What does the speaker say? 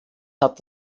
hat